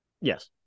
Yes